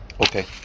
Okay